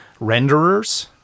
renderers